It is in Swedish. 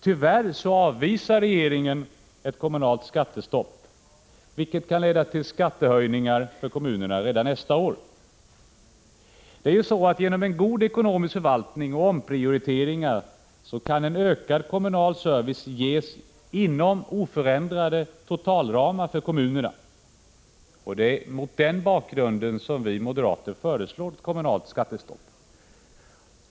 Tyvärr avvisar regeringen ett kommunalt skattestopp, vilket kan leda till skattehöjningar för kommunerna redan nästa år. Genom en god ekonomisk förvaltning och omprioriteringar kan en ökad kommunal service ges inom oförändrade totalramar för kommunerna. Det är mot den bakgrunden som vi moderater föreslår ett kommunalt skattestopp.